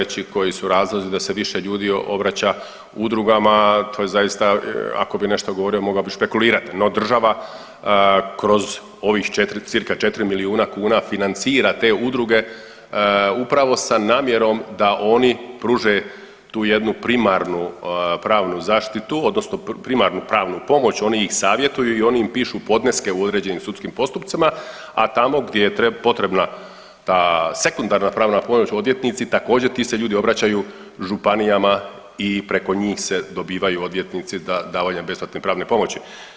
Pa meni je teško reći koji su razlozi da se više ljudi obraća udrugama, to je zaista ako bi nešto govorio mogao bi špekulirat, no država kroz ovih 4 cca. 4 milijuna kuna financira te udruge upravo sa namjerom da oni pruže tu jednu primarnu pravnu zaštitu odnosno primarnu pravnu pomoć, oni ih savjetuju i oni im pišu podneske u određenim sudskim postupcima, a tamo gdje je potrebna ta sekundarna pravna pomoć odvjetnici također ti se ljudi obraćaju županijama i preko njih se dobivaju odvjetnici za davanje besplatne pravne pomoći.